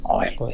oil